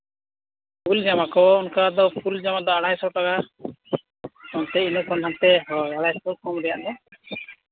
ᱯᱷᱩᱞ ᱡᱟᱢᱟ ᱠᱚ ᱚᱱᱠᱟ ᱠᱚᱫᱚ ᱯᱷᱩᱞ ᱡᱟᱢᱟ ᱠᱚᱫᱚ ᱟᱲᱟᱭ ᱥᱚ ᱴᱟᱠᱟ ᱚᱱᱛᱮ ᱤᱱᱟᱹ ᱠᱷᱚᱱ ᱦᱟᱱᱛᱮ ᱟᱲᱟᱭ ᱥᱚ ᱠᱚᱢ ᱨᱮᱭᱟᱜ ᱫᱚ